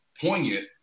poignant